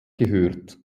gehört